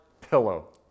pillow